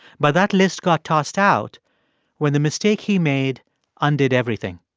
but that list got tossed out when the mistake he made undid everything